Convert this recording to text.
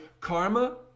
karma